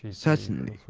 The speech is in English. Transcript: certainly,